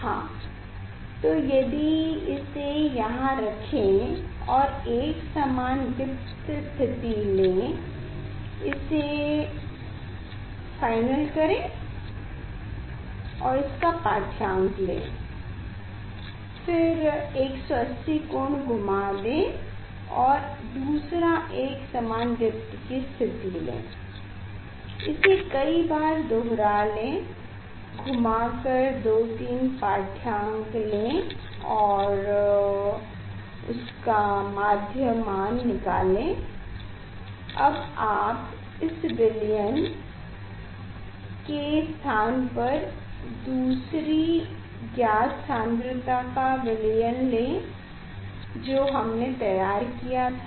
हाँ तो यदि इसे यहाँ रखेँ और एकसमान दीप्त की स्थिति लें इसे फ़ाइनल करें और इसका पाढ्यांक ले लें फिर 180 के कोण से घुमा दें और अब दूसरे एकसमान दीप्त की स्थिति लें इसे कई बार दोहरा लें घुमा कर 2 3 पाठ्यांक लें और उसका माध्य निकालें अब आप इस विलयन के स्थान पर दूसरी ज्ञात सांद्रता का विलयन लें जो हमने तैयार किया था